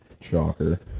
Shocker